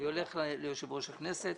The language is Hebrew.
אני הולך ליושב-ראש הכנסת